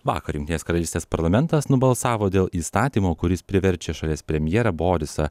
vakar jungtinės karalystės parlamentas nubalsavo dėl įstatymo kuris priverčia šalies premjerą borisą